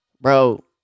Bro